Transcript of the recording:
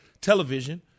television